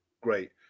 great